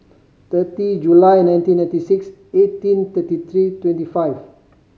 thirty July nineteen ninety six eighteen thirty three twenty five